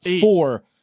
four